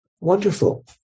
wonderful